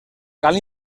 cal